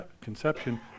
conception